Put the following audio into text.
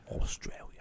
Australia